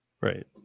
Right